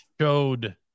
showed